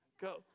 Go